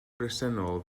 bresennol